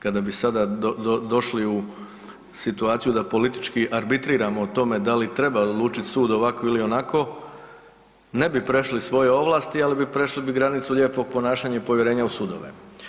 Kada bi sada došli u situaciju da politički arbitriramo o tome da li treba odlučiti sud ovako ili onako, ne bi prešli svoje ovlasti, ali bi prešli granicu lijepog ponašanja i povjerenja u sudove.